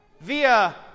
via